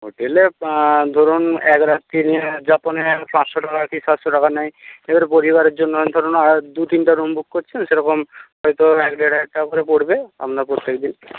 হোটেলে ধরুন একরাত্রি নিয়ে যাপনের পাঁচশো টাকা কি সাতশো টাকা নেয় এবারে পরিবারের জন্য ধরুন আর দুতিনটা রুম বুক করছেন সেরকম হয়তো এক দেড় হাজার টাকা করে পড়বে আপনার প্রত্যেকদিন